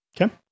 Okay